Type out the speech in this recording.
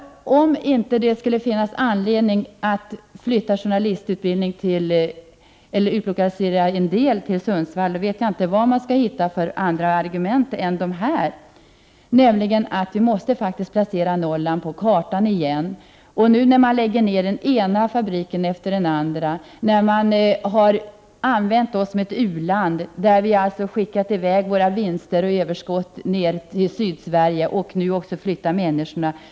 Om det inte finns tillräckliga skäl att utlokalisera journalistutbildningen — eller delar av den — till Sundsvall, kan jag inte hitta något annat argument än detta: Norrland måste faktiskt placeras på kartan igen. Den ena fabriken efter den andra har lagts ned. Man har behandlat Norrland som ett u-land. Vi har skickat ner våra vinster och överskott till Sydsverige. Nu flyttar också människorna.